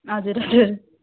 हजुर हजुर